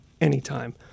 anytime